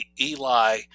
eli